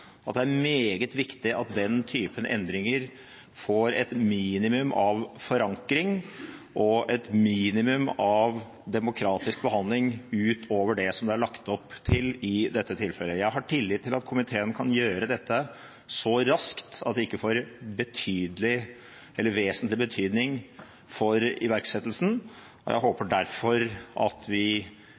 at det er meget viktig at den type endringer får et minimum av forankring og et minimum av demokratisk behandling utover det som det er lagt opp til i dette tilfellet. Jeg har tillit til at komiteen kan gjøre dette så raskt at det ikke får vesentlig betydning for iverksettelsen. Jeg håper derfor at vi